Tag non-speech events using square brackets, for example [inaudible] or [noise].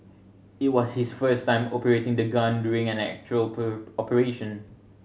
it was his first time operating the gun during an actual [unintelligible] operation